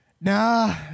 Nah